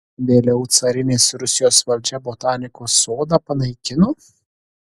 vėliau carinės rusijos valdžia botanikos sodą panaikino